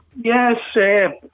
Yes